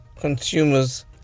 Consumers